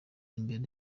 imbere